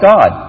God